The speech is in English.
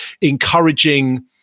encouraging